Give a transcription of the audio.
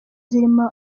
zirimo